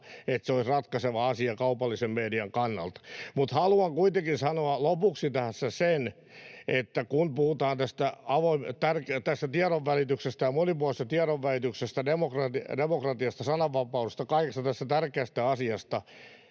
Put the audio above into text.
että se olisi ratkaiseva asia kaupallisen median kannalta. Haluan kuitenkin sanoa lopuksi tässä sen, että kun puhutaan tästä tiedonvälityksestä ja monipuolisesta tiedonvälityksestä, demokratiasta, sananvapaudesta, kaikista näistä tärkeistä asioista,